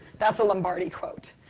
that's a lombardi quote.